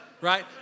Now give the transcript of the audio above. right